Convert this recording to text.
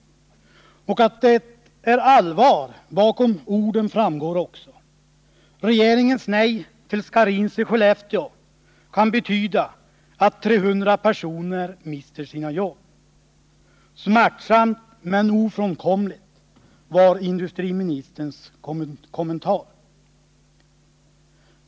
Att det är allvar bakom orden framgår också. Regeringens nej till Scharins i Skellefteå kan betyda att 300 personer mister sina jobb. Smärtsamt men ofrånkomligt, var industriministerns kommentar.